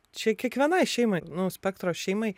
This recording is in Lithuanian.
čia kiekvienai šeimai nu spektro šeimai